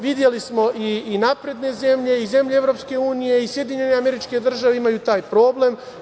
Videli smo da i napredne zemlje i zemlje EU i SAD imaju taj problem.